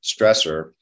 stressor